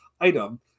item